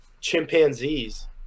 chimpanzees